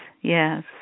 Yes